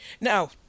Now